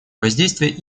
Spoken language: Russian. воздействие